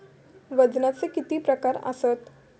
वजनाचे किती प्रकार आसत?